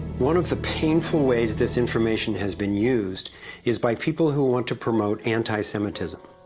one of the painful ways this information has been used is by people who want to promote anti-semitism.